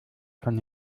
von